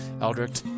Eldritch